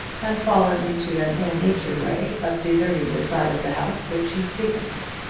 had fallen into an ill-natured way of deserting the side of the house which he frequented.